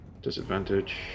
disadvantage